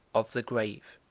of the grave?